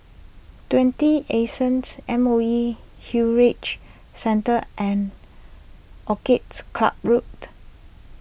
twenty Anson's M O E Heritage Centre and Orchids Club Road